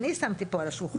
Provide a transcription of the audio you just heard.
אני שמתי פה על השולחן,